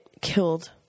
killed